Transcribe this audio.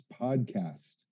podcast